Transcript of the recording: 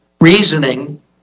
reasoning